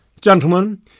Gentlemen